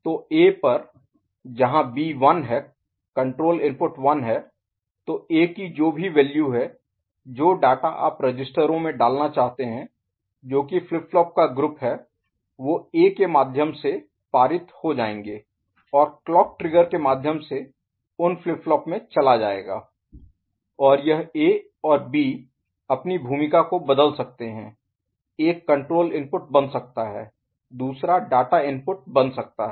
तो ए पर जहां बी 1 है कण्ट्रोल इनपुट 1 है तो ए की जो भी वैल्यू है जो डाटा आप रजिस्टरों में डालना चाहते हैं जो कि फ्लिप फ्लॉप का ग्रुप Group समूह हैं वो ए के माध्यम से पारित हो जाएंगे और क्लॉक ट्रिगर के माध्यम से उन फ्लिप फ्लॉप में चला जाएगा और यह ए और बी अपनी भूमिका को बदल सकते हैं एक कंट्रोल इनपुट बन सकता है दूसरा डाटा इनपुट बन सकता है